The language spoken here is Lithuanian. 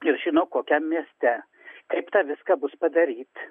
ir žino kokiam mieste kaip tą viską bus padaryt